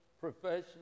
profession